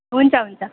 हुन्छ हुन्छ